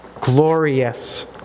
glorious